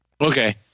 Okay